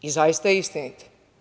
I zaista je istinita.